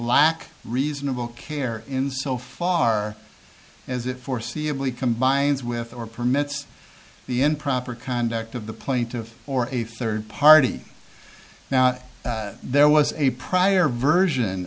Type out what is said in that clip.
lack reasonable care in so far as it foreseeable combines with or permits the improper conduct of the plaintiff or a third party now there was a prior version